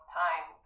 time